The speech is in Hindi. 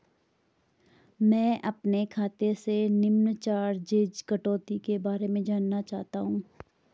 मैं अपने खाते से निम्न चार्जिज़ कटौती के बारे में जानना चाहता हूँ?